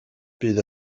bydd